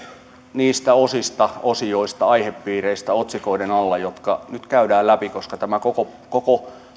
niistä osista osioista aihepiireistä otsikoiden alla jotka nyt käydään läpi koska tämä koko koko